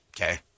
Okay